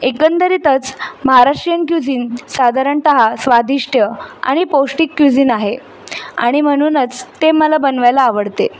एक एकंदरीतच महाराष्ट्रीयन क्यूझिन साधारणतः स्वादिष्ट्य आणि पौष्टिक क्यूझिन आहे आणि म्हनूनच ते मला बनवायला आवडते